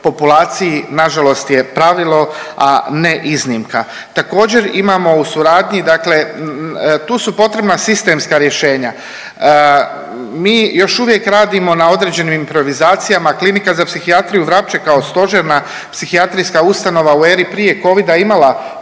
populaciji nažalost je pravilo, a ne iznimka. Također imamo u suradnji dakle tu su potrebna sistemska rješenja. Mi još uvijek radimo na određenim improvizacijama, Klinika za psihijatriju Vrapče kao stožerna psihijatrijska ustanova u eri prije covida je imala